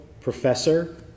Professor